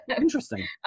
interesting